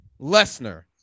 Lesnar